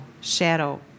shadow